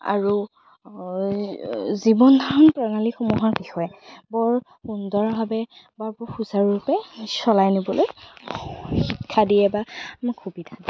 আৰু জীৱন ধাৰণৰ প্ৰণালীসমূহৰ বিষয়ে বৰ সুন্দৰভাৱে বা বৰ সুচাৰুৰূপে চলাই নিবলৈ শিক্ষা দিয়ে বা আমাক সুবিধা দিয়ে